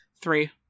Three